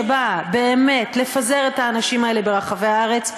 שבאה באמת לפזר את האנשים האלה ברחבי הארץ,